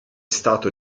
stato